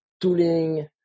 tooling